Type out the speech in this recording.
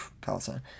Palestine